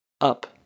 Up